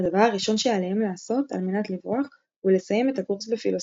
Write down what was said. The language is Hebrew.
הדבר הראשון שעליהם לעשות על מנת לברוח הוא לסיים את הקורס בפילוסופיה,